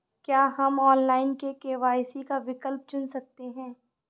क्या हम online KYC का विकल्प चुन सकते हैं?